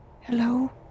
Hello